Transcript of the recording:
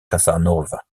casanova